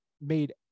made